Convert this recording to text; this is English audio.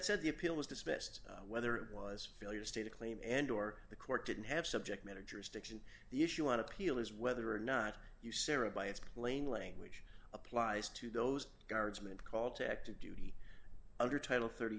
said the appeal was dismissed whether it was failure state a claim and or the court didn't have subject matter jurisdiction the issue on appeal is whether or not you sirrah by its plain language applies to those guardsman called to active duty under title thirty